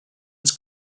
its